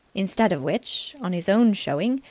instead of which, on his own showing,